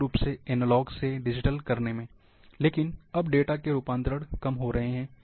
विशेष रूप से analog analog से डिजिटल में लेकिन अब डेटा के रूपांतरण कम हो रहे हैं